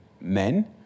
men